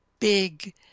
Big